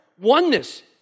oneness